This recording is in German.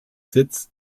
sitz